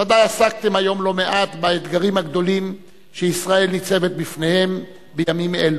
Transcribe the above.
ודאי עסקתם היום לא מעט באתגרים הגדולים שישראל ניצבת בפניהם בימים אלו.